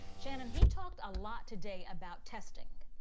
shannon he talked a lot today about testing.